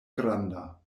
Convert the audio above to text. granda